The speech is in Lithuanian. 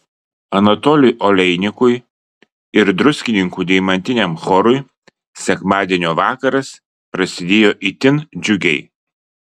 anatolijui oleinikui ir druskininkų deimantiniam chorui sekmadienio vakaras prasidėjo itin džiugiai